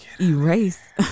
erase